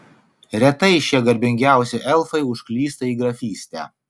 retai šie garbingiausi elfai užklysta į grafystę